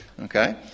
okay